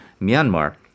Myanmar